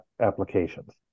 applications